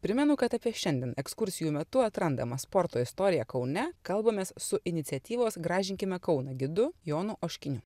primenu kad apie šiandien ekskursijų metu atrandamą sporto istoriją kaune kalbamės su iniciatyvos gražinkime kauną gidu jonu oškiniu